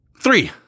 Three